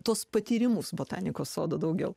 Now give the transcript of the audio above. tuos patyrimus botanikos sodo daugiau